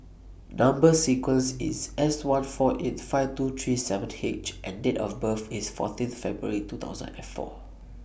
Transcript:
Number sequence IS S one four eight five two three seven H and Date of birth IS fourteen February two thousand and four